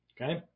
okay